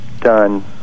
done